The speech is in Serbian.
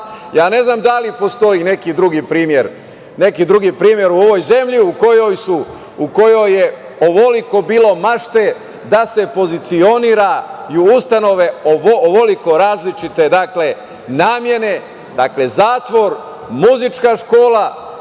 Ja ne znam da li postoji neki drugi primer u ovoj zemlji u kojoj je ovoliko bilo mašte da se pozicionira ovoliko ustanova različite namene. Dakle, zatvor, muzička škola,